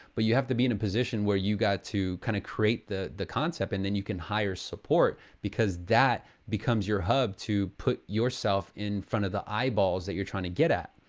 but you have to be in a position where you got to, kind of create the the concept, and then you can hire support. because that becomes your hub to put yourself in front of the eyeballs that you're trying to get at.